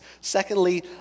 Secondly